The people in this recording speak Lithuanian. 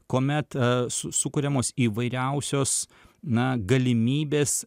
kuomet su sukuriamos įvairiausios na galimybės